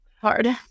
Hard